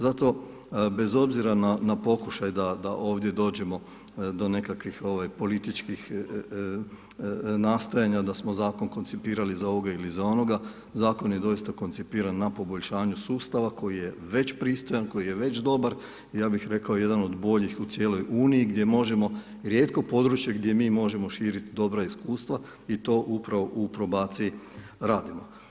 Zato, bez obzira na pokušaj da ovdje dođemo do nekakvih političkih nastojanja da smo zakon koncipirali za ovoga ili za onoga, zakon je doista koncipiran na poboljšanju sustava koji je već pristojan, koji je već dobar, ja bih rekao jedan od boljih u cijeloj Uniji, gdje možemo rijetko područje gdje mi možemo širiti dobra iskustva i to upravo u probaciji radimo.